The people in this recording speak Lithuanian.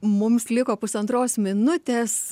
mums liko pusantros minutės